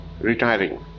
retiring